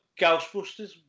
Ghostbusters